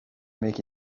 make